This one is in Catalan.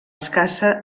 escassa